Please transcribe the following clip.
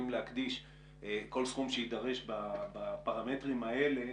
להקדיש כל סכום שיידרש בפרמטרים האלה